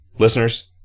Listeners